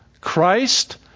Christ